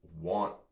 want